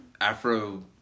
Afro